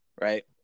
right